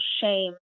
shame